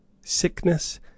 Sickness